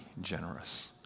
generous